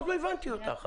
עוד לא הבנתי אותך.